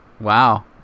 wow